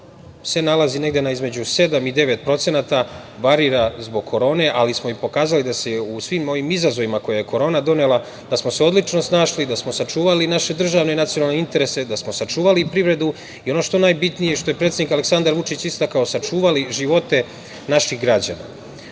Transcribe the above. negde između 7% i 9%, varira zbog korone, ali smo i pokazali da se u svim ovim izazovima koje je korona donela, da smo se odlično snašli, da smo sačuvali naše državne i nacionalne interese, da smo sačuvali privredu i ono što je najbitnije, što je predsednik Aleksandar Vučić istakao, sačuvali živote naših građana. Najveći